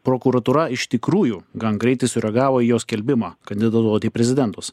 prokuratūra iš tikrųjų gan greitai sureagavo į jo skelbimą kandidatuoti į prezidentus